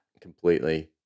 completely